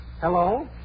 Hello